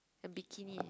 a bikini